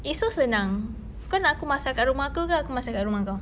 it's so senang kau nak aku masak kat rumah aku ke aku masak kat rumah engkau